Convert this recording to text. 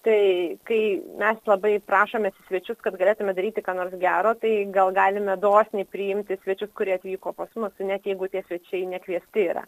tai kai mes labai prašomės į svečius kad galėtume daryti ką nors gero tai gal galime dosniai priimti svečius kurie atvyko pas mus net jeigu tie svečiai nekviesti yra